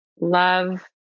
love